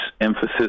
emphasis